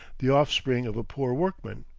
the offspring of a poor workman.